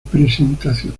presentación